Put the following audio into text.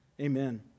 amen